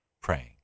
praying